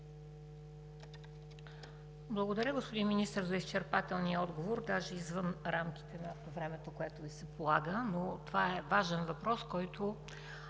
Благодаря, господин Министър, за изчерпателния отговор, даже извън рамките на времето, което Ви се полага, но това е важен въпрос, който